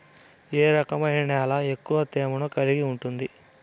ఏ రకమైన నేల ఎక్కువ తేమను కలిగి ఉంటుంది?